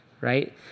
right